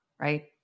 right